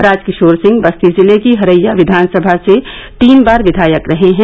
राजकिशोर सिंह बस्ती जिले की हरैया विधान सभा से तीन बार विधायक रहे हैं